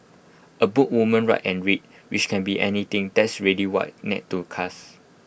A book woman write and read which can be anything that's A really wide net to cast